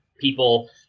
People